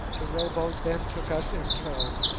the row-boat then took us in tow,